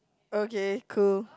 okay cool